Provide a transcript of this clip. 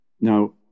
Now